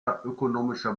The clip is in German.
ökonomischer